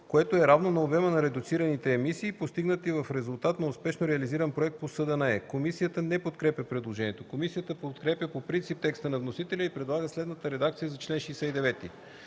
което е равно на обема на редуцираните емисии, постигнати в резултат на успешно реализиран проект по СДНЕ.” Комисията не подкрепя предложението. Комисията подкрепя по принцип текста на вносителя и предлага следната редакция за чл. 69: